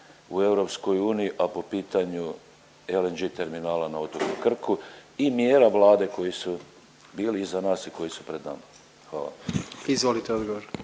u EU, a po pitanju LNG terminala na otoku Krku i mjera Vlade koji su bili iza nas i koji su pred nama. Hvala. **Jandroković,